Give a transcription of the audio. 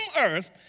earth